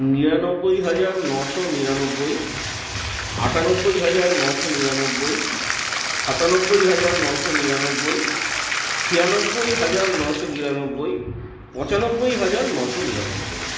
নিরানব্বই হাজার নশো নিরানব্বই আটানব্বই হাজার নশো নিরানব্বই সাতানব্বই হাজার নশো নিরানব্বই ছিয়ানব্বই হাজার নশো নিরানব্বই পঁচানব্বই হাজার নশো নিরানব্বই